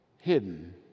hidden